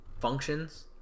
functions